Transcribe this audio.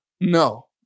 No